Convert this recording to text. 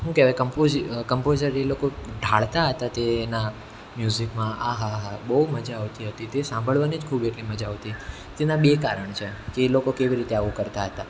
શું કહેવાય કંપોશી કંપોઝર એ લોકો ઢાળતા હતા તે એના મ્યુઝિકમાં આહા હા હા બહુ મજા આવતી હતી તે સાંભળવાની જ ખૂબ એટલી મજા આવતી તેના બે કારણ છે કે એ લોકો કેવી રીતે આવું કરતા હતા